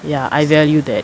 ya I value that